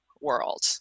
world